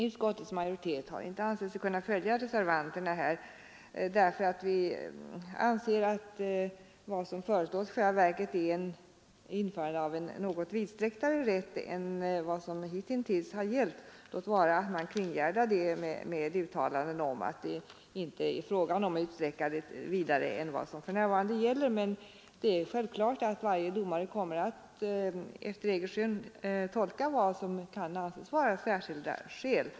Utskottets majoritet har inte ansett sig kunna följa reservanterna här, därför att vi anser att vad som föreslås i själva verket är införande av en något vidsträcktare rätt än vad som hitintills har gällt, låt vara att man kringgärdar det hela med uttalanden om att det inte är fråga om att utsträcka bestämmelserna vidare än vad som för närvarande gäller. Men det är självklart att varje domare kommer att efter eget skön tolka vad som kan anses vara särskilda skäl.